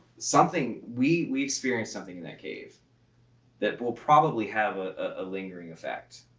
something. we we experienced something in that cave that will probably have a lingering effect.